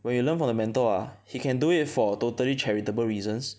when you learn from a mentor ah he can do it for a totally charitable reasons